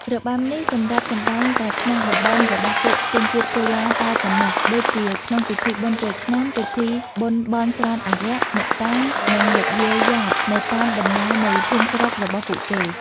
របាំនេះ សម្រាប់សម្តែងតែក្នុងតំបន់របស់ពួកជនជាតិកូឡាតែប៉ុណ្ណោះដូចជា ក្នុងពិធីបុណ្យចូលឆ្នាំ ពិធីបុណ្យបន់ស្រន់អារក្ស អ្នកតា និងលោកយាយយ៉ាត ទៅតាមដំណើរនៃភូមិស្រុករបស់ពួកគេ។